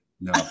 no